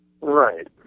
Right